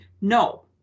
No